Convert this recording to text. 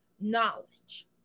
knowledge